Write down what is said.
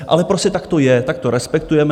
Ale prostě tak to je, tak to respektujeme.